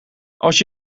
als